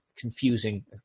confusing